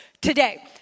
today